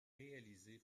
réalisé